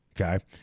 Okay